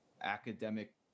academic –